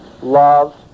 love